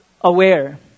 aware